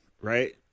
right